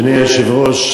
אדוני היושב-ראש,